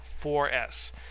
4S